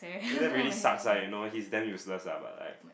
eh really sucks ah you know hes damn useless lah but like